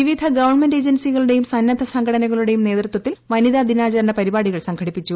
വിവിധ ഗവൺമെന്റ് ഏജൻസികളുടെയും സന്നദ്ധ സംഘടനകളുടെയും നേതൃത്വത്തിൽ വനിതാദിനാചരണ പരിപാടികൾ സംഘടിപ്പിച്ചു